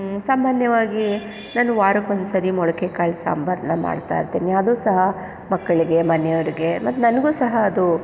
ಸಾಮಾನ್ಯವಾಗಿ ನಾನು ವಾರಕ್ಕೊಂದ್ಸರಿ ಮೊಳಕೆ ಕಾಳು ಸಾಂಬಾರನ್ನ ಮಾಡ್ತಾಯಿರ್ತೀನಿ ಅದೂ ಸಹ ಮಕ್ಕಳಿಗೆ ಮನೆಯವರಿಗೆ ಮತ್ತು ನನಗೂ ಸಹ ಅದು